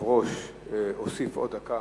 היושב-ראש הוסיף עוד דקה,